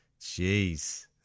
Jeez